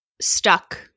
stuck